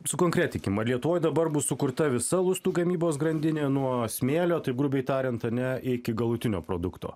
sukonkretinkim ar lietuvoj dabar bus sukurta visa lustų gamybos grandinė nuo smėlio taip grubiai tariant ane iki galutinio produkto